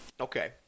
Okay